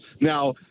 Now